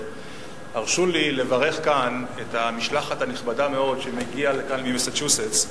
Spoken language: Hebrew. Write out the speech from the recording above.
הרשו לי לברך כאן את המשלחת הנכבדה מאוד שמגיעה לכאן ממסצ'וסטס.